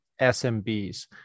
SMBs